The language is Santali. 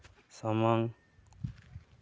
ᱥᱟᱢᱟᱝ